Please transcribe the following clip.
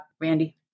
randy